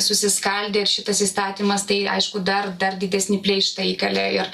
susiskaldė ir šitas įstatymas tai aišku dar dar didesnį pleištą įkalė ir